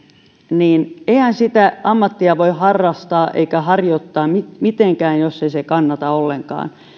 niin eihän sitä ammattia voi harrastaa eikä harjoittaa mitenkään jos se ei kannata ollenkaan